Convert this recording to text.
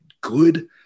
good